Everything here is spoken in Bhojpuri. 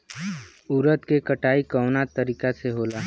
उरद के कटाई कवना तरीका से होला?